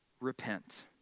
Repent